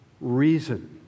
reason